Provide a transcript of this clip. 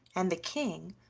and the king,